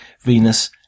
Venus